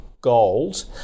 gold